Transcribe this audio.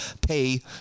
pay